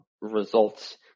results